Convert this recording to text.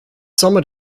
summit